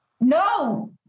No